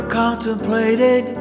contemplated